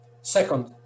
second